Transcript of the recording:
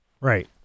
Right